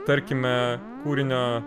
tarkime kūrinio